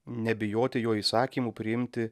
nebijoti jo įsakymų priimti